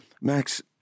Max